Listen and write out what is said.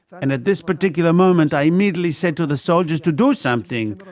and at this particular moment i immediately said to the soldiers to do something.